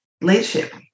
leadership